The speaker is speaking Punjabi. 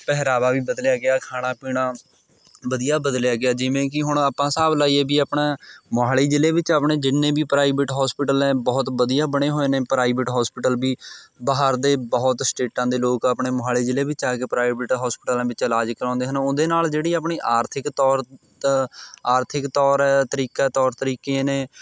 ਪਹਿਰਾਵਾ ਵੀ ਬਦਲਿਆ ਗਿਆ ਖਾਣਾ ਪੀਣਾ ਵਧੀਆ ਬਦਲਿਆ ਗਿਆ ਜਿਵੇਂ ਕਿ ਹੁਣ ਆਪਾਂ ਹਿਸਾਬ ਲਾਈਏ ਵੀ ਆਪਣਾ ਮੋਹਾਲੀ ਜ਼ਿਲ੍ਹੇ ਵਿੱਚ ਆਪਣੇ ਜਿੰਨੇ ਵੀ ਪ੍ਰਾਈਵੇਟ ਹੋਸਪਿਟਲ ਹੈ ਬਹੁਤ ਵਧੀਆ ਬਣੇ ਹੋਏ ਨੇ ਪ੍ਰਾਈਵੇਟ ਹੋਸਪਿਟਲ ਵੀ ਬਹਾਰ ਦੇ ਬਹੁਤ ਸਟੇਟਾਂ ਦੇ ਲੋਕ ਆਪਣੇ ਮੋਹਾਲੀ ਜ਼ਿਲ੍ਹੇ ਵਿੱਚ ਆ ਕੇ ਪ੍ਰਾਈਵੇਟ ਹੋਸਪਿਟਲਾਂ ਵਿੱਚ ਇਲਾਜ ਕਰਾਉਂਦੇ ਹਨ ਉਹਦੇ ਨਾਲ਼ ਜਿਹੜੀ ਆਪਣੀ ਆਰਥਿਕ ਤੌਰ 'ਤੇ ਆਰਥਿਕ ਤੌਰ ਤਰੀਕੇ ਤੌਰ ਤਰੀਕੇ ਨੇ